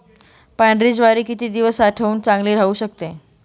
पांढरी ज्वारी किती दिवस साठवून चांगली राहू शकते?